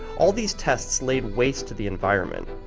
all these tests laid waste to the environment.